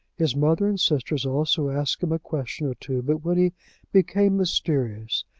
his mother and sisters also asked him a question or two but when he became mysterious,